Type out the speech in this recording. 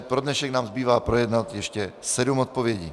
Pro dnešek nám zbývá projednat ještě sedm odpovědí.